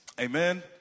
Amen